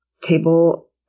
table